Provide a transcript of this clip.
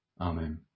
Amen